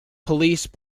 police